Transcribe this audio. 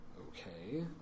Okay